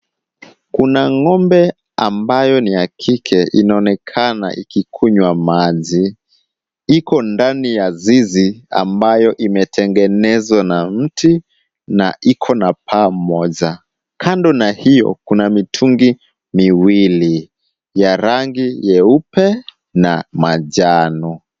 Kuna ng'ombe ambayo ni ya kike inaonekana ikikunywa maji. Iko ndani ya zizi ambayo imetengenezwa na mti na iko na paa moja. Kando na hiyo kuna mitungi miwili, ya rangi nyeupe na manjano.